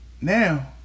Now